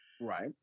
right